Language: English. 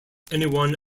anyone